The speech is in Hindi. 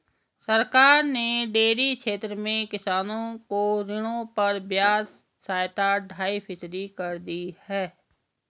सरकार ने डेयरी क्षेत्र में किसानों को ऋणों पर ब्याज सहायता ढाई फीसदी कर दी है